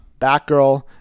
Batgirl